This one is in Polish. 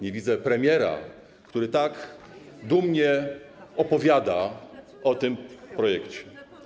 Nie widzę premiera, który tak dumnie opowiada o tym projekcje.